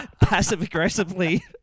passive-aggressively